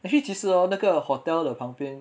actually 其实哦那个 hotel 的旁边